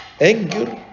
anger